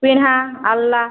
ପିଣ୍ଡା ଆଣ୍ଲା